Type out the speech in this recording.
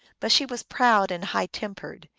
but she was proud and high-tempered,